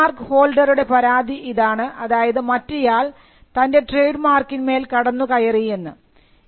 trade mark ഹോൾഡറുടെ പരാതി ഇതാണ് അതായത് മറ്റേയാൾ തൻറെ ട്രേഡ് മാർക്കിന്മേൽ കടന്നു കയറി എന്ന്